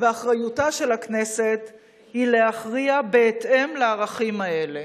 ואחריותה של הכנסת היא להכריע בהתאם לערכים האלה.